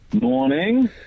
Morning